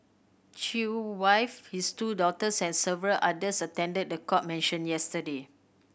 Chew wife his two daughters and several others attended the court mention yesterday